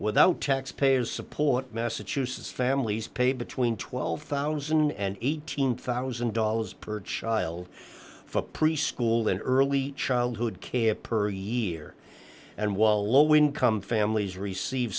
without tax payers support massachusetts families pay between one million two hundred and eighteen thousand dollars per child for preschool and early childhood care per year and while low income families receive